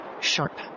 Sharp